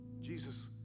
Jesus